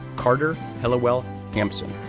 carter helliwell hampson,